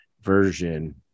version